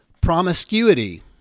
promiscuity